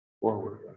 forward